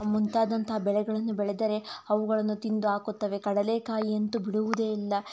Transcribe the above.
ಮುಂತಾದಂತಹ ಬೆಳೆಗಳನ್ನು ಬೆಳೆದರೆ ಅವುಗಳನ್ನು ತಿಂದು ಹಾಕುತ್ತವೆ ಕಡಲೇಕಾಯಿಯಂತೂ ಬಿಡುವುದೇ ಇಲ್ಲ